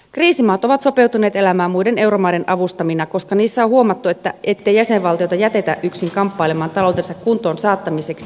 kriisimaat ovat sopeutuneet elämään muiden euromaiden avustamina koska niissä on huomattu ettei jäsenvaltioita jätetä yksin kamppailemaan taloutensa kuntoon saattamiseksi